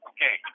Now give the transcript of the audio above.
Okay